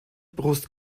brust